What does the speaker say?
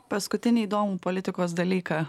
paskutinį įdomų politikos dalyką